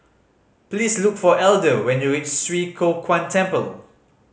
please look for Elder when you reach Swee Kow Kuan Temple